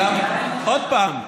עוד פעם,